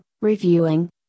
reviewing